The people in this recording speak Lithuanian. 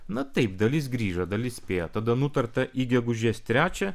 na taip dalis grįžo dalis spėjo tada nutarta į gegužės trečią